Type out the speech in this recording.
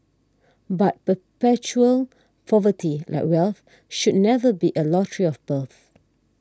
but perpetual poverty like wealth should never be a lottery of birth